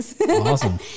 Awesome